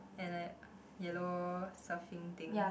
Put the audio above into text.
and like yellow surfing thing